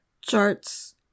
Charts